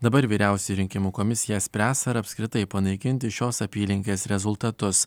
dabar vyriausioji rinkimų komisija spręs ar apskritai panaikinti šios apylinkės rezultatus